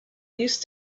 used